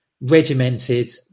regimented